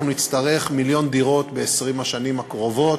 אנחנו נצטרך מיליון דירות ב-20 השנים הקרובות,